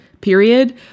Period